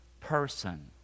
person